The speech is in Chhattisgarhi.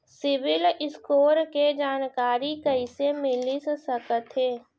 सिबील स्कोर के जानकारी कइसे मिलिस सकथे?